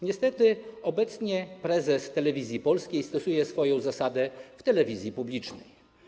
Niestety obecnie prezes Telewizji Polskiej stosuje swoją zasadę w telewizji publicznej.